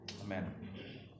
amen